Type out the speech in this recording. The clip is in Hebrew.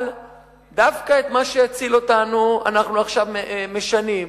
אבל דווקא את מה שהציל אותנו אנחנו עכשיו משנים,